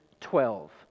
twelve